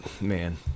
man